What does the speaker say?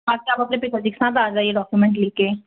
आप अपने पिता जी के साथ आ जाइए डॉक्यूमेंट ले कर